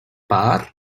per